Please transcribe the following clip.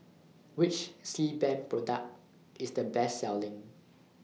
Which Sebamed Product IS The Best Selling